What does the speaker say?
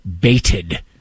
baited